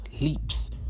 leaps